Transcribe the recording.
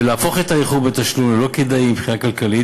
ולהפוך את האיחור בתשלום ללא-כדאי מבחינה כלכלית,